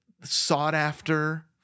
sought-after